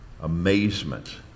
amazement